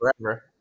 forever